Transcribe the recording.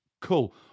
Cool